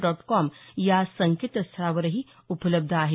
dot com या संकेतस्थळावरही उपलब्ध आहे